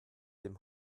dem